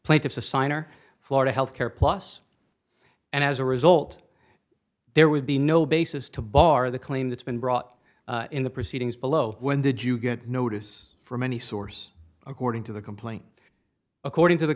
plaintiff's assigner florida health care plus and as a result there would be no basis to bar the claim that's been brought in the proceedings below when did you get notice from any source according to the complaint according to the